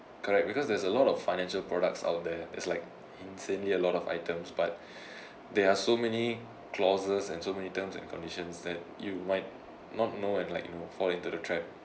correct because there's a lot of financial products out there's like insanely a lot of items but there are so many clauses and so many terms and conditions that you might not know and like you know fall into the trap